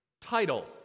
title